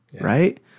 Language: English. right